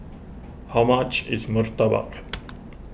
how much is Murtabak